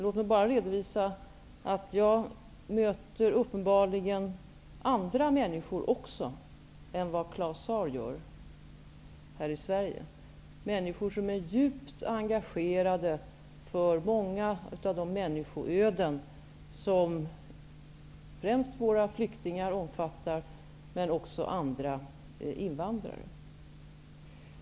Låt mig bara redovisa att jag uppenbarligen möter andra människor också än vad Claus Zaar gör här i Sverige, nämligen människor som är djupt engagerade för många av de människoöden som representeras av främst flyktingar men också andra invandrare.